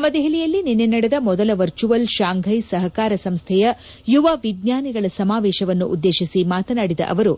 ನವದೆಹಲಿಯಲ್ಲಿ ನಿನ್ನೆ ನಡೆದ ಮೊದಲ ವರ್ಚುವಲ್ ಶಾಂಘೈ ಸಹಕಾರ ಸಂಸ್ಥೆಯ ಯುವ ವಿಜ್ಞಾನಿಗಳ ಸಮಾವೇಶವನ್ನು ಉದ್ದೇಶಿಸಿ ಮಾತನಾಡಿದ ಅವರು